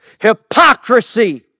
Hypocrisy